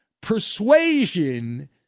persuasion